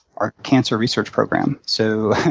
ah cancer research program. so,